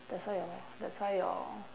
that's why your that's why your